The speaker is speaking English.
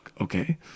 okay